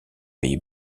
pays